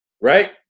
Right